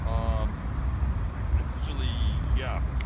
um um actually, yeah.